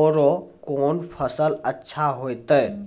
औरो कोन फसल अचछा होतै?